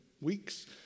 weeks